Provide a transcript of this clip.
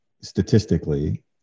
statistically